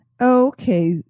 Okay